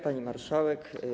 Pani Marszałek!